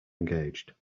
engaged